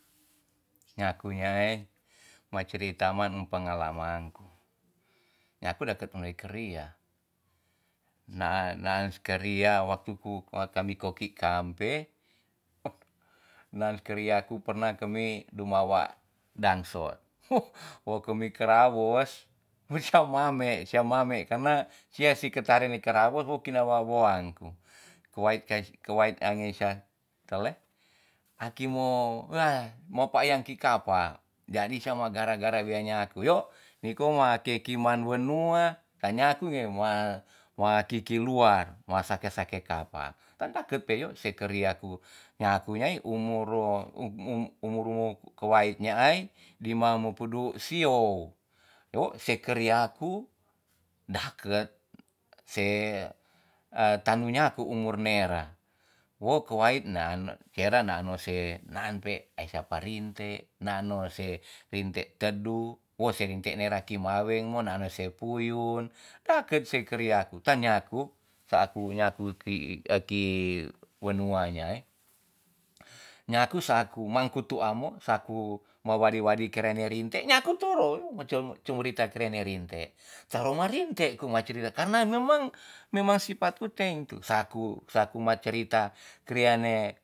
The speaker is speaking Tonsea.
Nyaku nyaai ma crita man pengalaman ku. nyaku daket me keria naa naan keria waktu ku kami koki kampe naan keria ku perna kemi dumawa dangsot. hu wo kemi kerawos we sia mame- sia mame karena sia si ketare ni kerawos wo kina wawoan ku kowait kes kowait ange sia tleh, aki mo wea mapakyang ki kapal jadi samua gara gara wea nyaku yo ni koma keki man wenua ta nyaku ye ma ma kiki luar ma sake sake kapal tan daket pe yo se keria ku nyaku nyai umur ro um um umur kowait nya ai dima mo pudu siowu. wo se keria ku daket se tanu nyaku umur nera. wo kowait naan sera naan no se naan pe ei sapa rinte na nu se rinte tedu, wo se renti nera ti maweng mo na nu si puyun daket se karia ku tan nyaku saat ku nyaku ki-ki wenua nyai, nyaku saat mangku tu'a mo saku ma wadi wadi kere ne rinte nyaku toro no cumu rita krene rinte toro ma rinte ku ma crita karena memang memang sipat ku teng tu saku saku ma crita kria ne